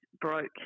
broke